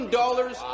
dollars